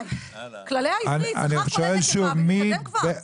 כללי העברית, זכר כולל נקבה ותתקדם כבר.